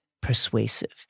persuasive